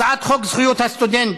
הצעת חוק זכויות הסטודנט,